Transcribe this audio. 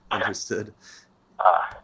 Understood